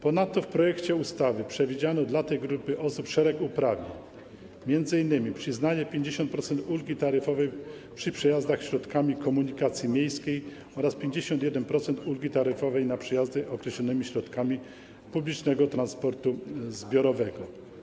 Ponadto w projekcie ustawy przewidziano dla tej grupy osób szereg uprawnień, m.in. przyznanie 50-procentowej ulgi taryfowej na przejazdy środkami komunikacji miejskiej oraz 51-procentowej ulgi taryfowej na przejazdy określonymi środkami publicznego transportu zbiorowego.